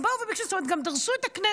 הם באו וביקשו, זאת אומרת גם דרסו את הכנסת.